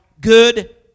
good